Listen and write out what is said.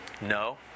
No